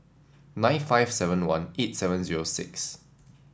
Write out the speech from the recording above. nine five seven one eight seven zero six